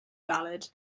valid